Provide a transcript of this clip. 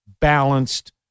balanced